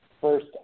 first